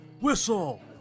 Whistle